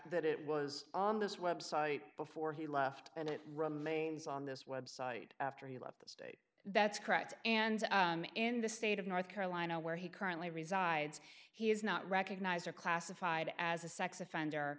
that it was on this website before he left and it remains on this web site after he left the state that's correct and in the state of north carolina where he currently resides he is not recognized or classified as a sex offender